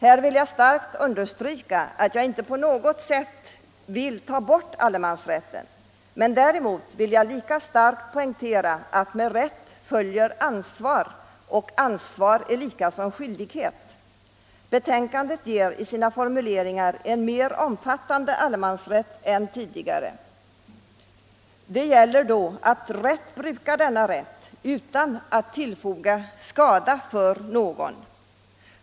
Här vill jag starkt understryka att jag inte vill ta bort allemansrätten, men jag vill lika starkt poängtera att med rätt följer ansvar, och ansvar är detsamma som skyldighet. Betänkandet ger med sina formuleringar en mer omfattande allemansrätt än tidigare. Det gäller då att rätt bruka den utan att tillfoga någon skada.